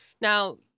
Now